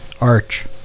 Arch